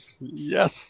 Yes